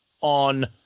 on